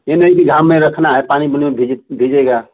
यह नहीं कि घाम में रखना है पानी बुनी में भिजे भिजेगा